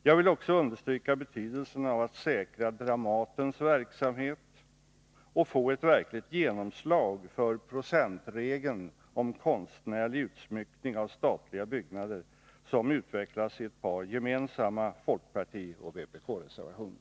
Jag vill också understryka betydelsen av att säkra Dramatens verksamhet och att få ett verkligt genomslag för procentregeln rörande konstnärlig utsmyckning av statliga byggnader, såsom utvecklats i ett par gemensamma folkpartioch vpk-reservationer.